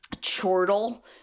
chortle